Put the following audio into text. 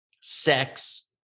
sex